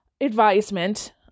advisement